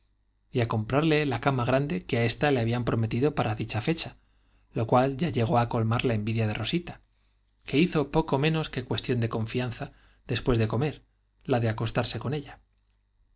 y á comprar le la cama grande que á ésta le habían prometido para dicha fecha lo cual ya llegó á colmar la envidia de rosita que hizo poco menos que cues tión de confianza después de comer la de acostarse en ella